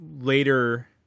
later